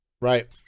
Right